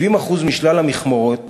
70% משלל המכמורות